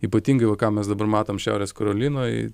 ypatingai va ką mes dabar matom šiaurės karolinoj